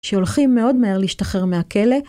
שהולכים מאוד מהר להשתחרר מהכלא